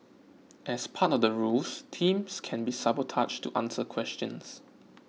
as part of the rules teams can be sabotaged to answer questions